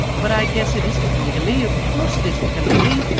but i guess it isn't coming to me of course't isn't coming to me!